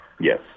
Yes